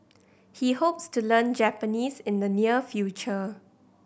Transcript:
he hopes to learn Japanese in the near future